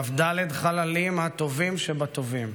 כ"ד חללים, הטובים שבטובים,